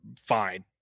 fine